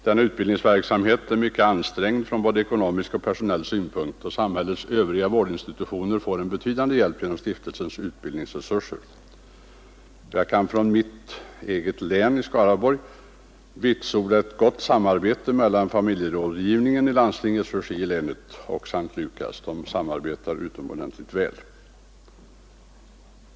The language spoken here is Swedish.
Denna utbildningsverksamhet är mycket ansträngd, från både ekonomisk och personell synpunkt, och samhällets övriga vårdinstitutioner får en betydande hjälp genom stiftelsens utbildningsverksamhet. Jag kan från mitt eget län, Skaraborgs, vitsorda ett gott samarbete mellan familjerådgivningen i landstingets regi och S:t Lukas'; de samarbetar utomordentligt väl.